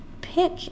pick